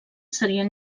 serien